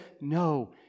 no